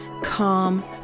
calm